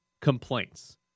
complaints